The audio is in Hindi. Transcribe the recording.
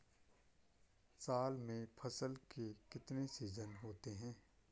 साल में फसल के कितने सीजन होते हैं?